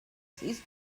sis